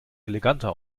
eleganter